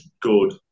good